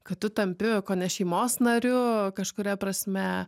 kad tu tampi kone šeimos nariu kažkuria prasme